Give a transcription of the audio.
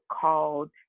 called